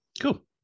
Cool